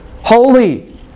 holy